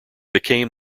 became